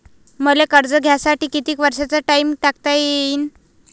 मले कर्ज घ्यासाठी कितीक वर्षाचा टाइम टाकता येईन?